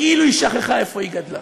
כאילו היא שכחה איפה היא גדלה.